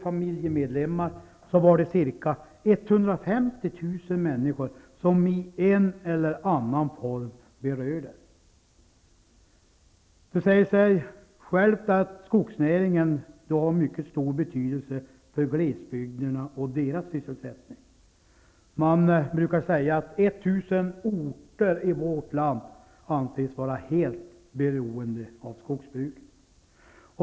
familjemedlemmar var det ca 150 000 människor som i en eller annan form berördes. Det säger sig självt att skogsnäringen då har mycket stor betydelse för glesbygderna och sysselsättningen där. Man brukar säga att 1 000 orter i vårt land anses vara helt beroende av skogsbruket.